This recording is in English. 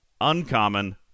Uncommon